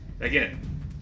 Again